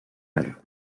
medical